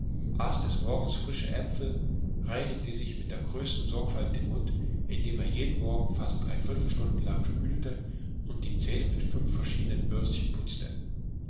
des morgens frische äpfel reinigte sich mit der größten sorgfalt den mund indem er ihn jeden morgen fast dreiviertel stunden lang spülte und die zähne mit fünf verschiedenen bürstchen putzte